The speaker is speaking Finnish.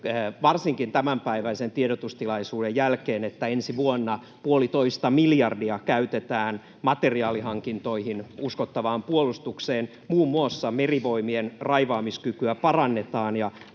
varsinkin tämänpäiväisen tiedotustilaisuuden jälkeen — siitä, että ensi vuonna puolitoista miljardia käytetään materiaalihankintoihin, uskottavaan puolustukseen. Muun muassa Merivoimien raivaamiskykyä parannetaan